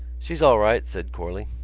she's all right, said corley.